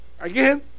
Again